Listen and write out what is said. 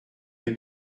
être